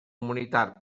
humanitat